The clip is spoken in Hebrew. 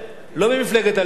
לא ממפלגת הליכוד,